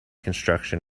construction